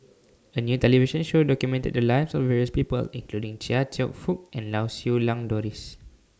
A New television Show documented The Lives of various People including Chia Cheong Fook and Lau Siew Lang Doris